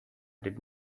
did